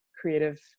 creative